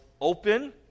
open